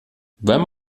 wenn